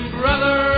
brother